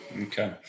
Okay